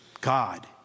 God